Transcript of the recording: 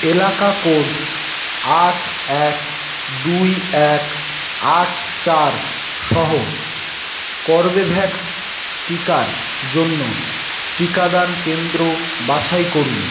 এলাকা কোড আট এক দুই এক আট চার সহ কর্বেভ্যাক্স টিকার জন্য টিকাদান কেন্দ্র বাছাই করুন